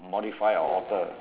modify our author